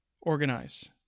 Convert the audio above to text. organize